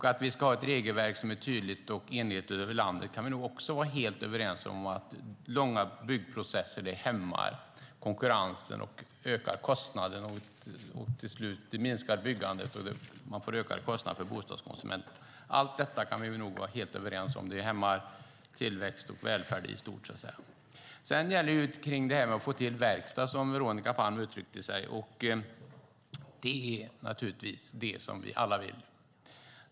Att vi ska ha ett regelverk som är tydligt och enhetligt över landet kan vi nog också vara helt överens om och att långa byggprocesser hämmar konkurrensen och ökar kostnaderna. Till slut minskar byggandet, och man får ökade kostnader för bostadskonsumenterna. Allt detta kan vi nog vara helt överens om. Det hämmar tillväxt och välfärd i stort. Det gäller att få till verkstad, som Veronica Palm uttryckte det. Det är vad vi alla vill.